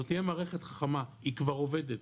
זו תהיה מערכת חכמה, היא כבר עובדת,